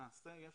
למעשה יש